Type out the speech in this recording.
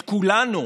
את כולנו,